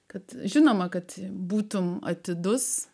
kad žinoma kad būtumei atidus